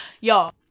y'all